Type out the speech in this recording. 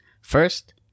First